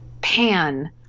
pan